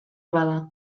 bada